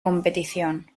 competición